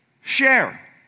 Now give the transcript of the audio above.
share